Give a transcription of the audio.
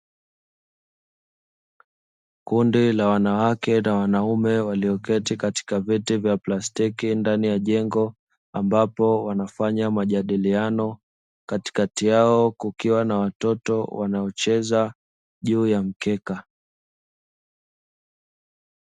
Kundi la wanawake na wanaume walioketi katika viti vya plastiki ndani ya jengo, ambapo wanafanya majadiliano katikati yao kukiwa na watoto wanaocheza juu ya mkeka.